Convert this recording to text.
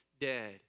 dead